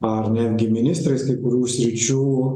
ar netgi ministrais kai kurių sričių